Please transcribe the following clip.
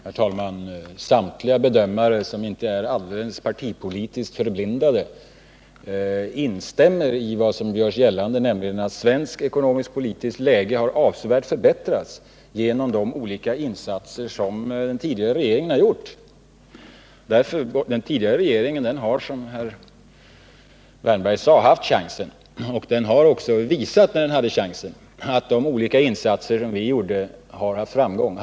Herr talman! Samtliga bedömare som inte är partipolitiskt förblindade instämmer i vad som görs gällande, nämligen att det svenska ekonomiskpolitiska läget har avsevärt förbättrats genom de olika insatser som trepartiregeringen har gjort. Den tidigare regeringen har som herr Wärnberg sade haft chansen, och den har också visat att de insatser som gjordes hade framgång.